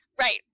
Right